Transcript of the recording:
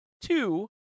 two